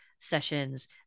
sessions